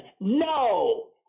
no